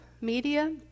media